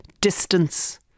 Distance